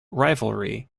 rivalry